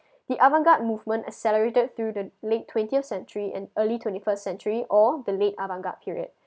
the avant garde movement accelerated through the late twentieth century and early twenty first century or the late avant garde period